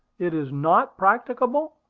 it is not practicable!